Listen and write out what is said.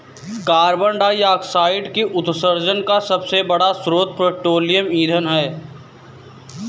carbon dioxide के उत्सर्जन का सबसे बड़ा स्रोत पेट्रोलियम ईंधन है